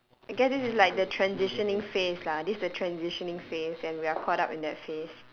I guess this is like the transitioning phase lah this is the transitioning phase and we are caught up in that phase